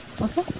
Okay